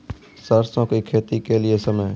सरसों की खेती के लिए समय?